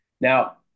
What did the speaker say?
Now